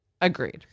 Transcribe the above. Agreed